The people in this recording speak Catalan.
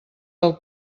del